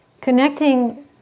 connecting